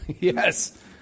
Yes